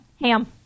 Ham